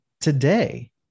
today